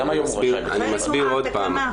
גם היום רשאי בית המשפט,